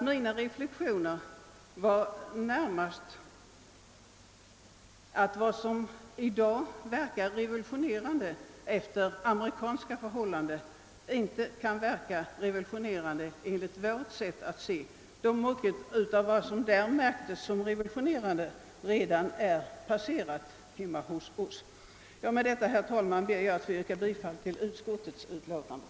Min reflexion var då närmast att vad som verkar revolutionerande för amerikanska förhållanden inte kan verkarevolutionerande enligt vårt sätt att se, eftersom. mycket av detta redan är passerat hos oss. Med detta yrkar jag, herr talman, bifall till utskottets hemställan.